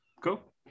cool